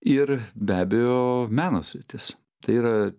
ir be abejo meno sritis tai yra